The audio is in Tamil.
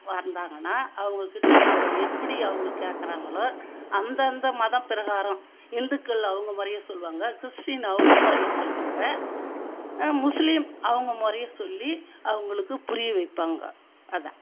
வந்தாங்கன்னா அவங்ககிட்ட நம்ம எப்படி அவங்க கேட்கறாங்களோ அந்தந்த மதப் பிரகாரம் இந்துக்கள் அவங்க முறைய சொல்லுவாங்க கிறிஸ்டீன் அவங்க பாய சொல்லுவாங்க முஸ்லீம் அவங்க முறைய சொல்லி அவங்களுக்கு புரிய வைப்பாங்க அதுதான்